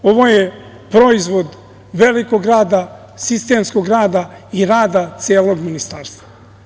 Ovo je proizvod velikog rada, sistemskog rada i rada celog ministarstva.